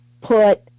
put